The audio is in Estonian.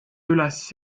üles